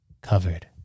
Covered